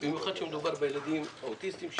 במיוחד כשמדובר בילדים האוטיסטים.